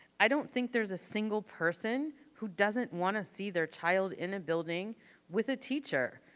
i don't think there's a single person who doesn't wanna see their child in a building with a teacher.